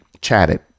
chatted